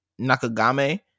Nakagame